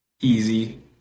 easy